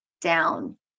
down